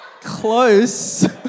close